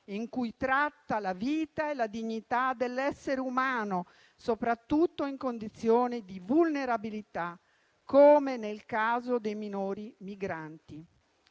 in cui tratta la vita e la dignità dell'essere umano, soprattutto in condizioni di vulnerabilità, come nel caso dei minori migranti.